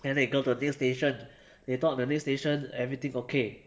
then they go to next station they thought the next station everything okay